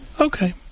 Okay